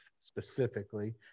specifically